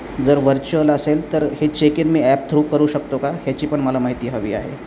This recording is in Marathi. जर व्हर्च्युअल असेल तर हे चेक इन मी ॲप थ्रू करू शकतो का ह्याची पण मला माहिती हवी आहे